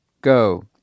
go